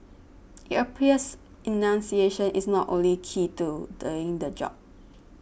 it appears enunciation is not only key to doing the job